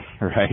right